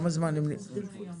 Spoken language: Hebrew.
28 יום.